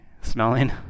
smelling